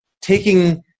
taking